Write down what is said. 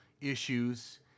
issues